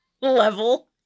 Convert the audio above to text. level